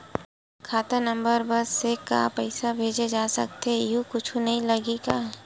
खाता नंबर बस से का पईसा भेजे जा सकथे एयू कुछ नई लगही का?